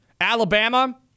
Alabama